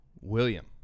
William